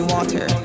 Water